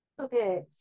Okay